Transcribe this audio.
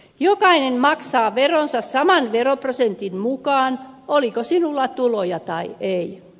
jokainen maksaa veronsa saman veroprosentin mukaan oli sinulla tuloja tai ei